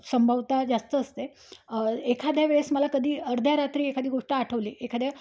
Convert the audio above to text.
संभवता जास्त असते एखाद्या वेळेस मला कधी अर्ध्या रात्री एखादी गोष्ट आठवली एखाद्या